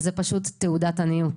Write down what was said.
זו פשוט תעודת עניות.